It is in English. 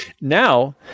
now